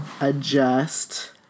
adjust